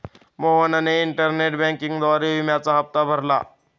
मोहनने इंटरनेट बँकिंगद्वारे विम्याचा हप्ता भरला